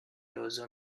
other